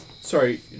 sorry